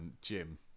Jim